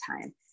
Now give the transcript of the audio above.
time